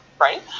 right